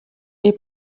ihr